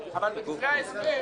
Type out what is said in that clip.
מצביעים,